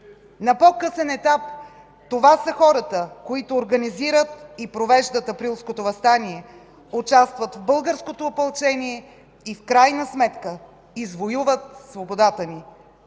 На по-късен етап това са хората, които организират и провеждат Априлското въстание, участват в българското опълчение и в крайна сметка – извоюват свободата ни.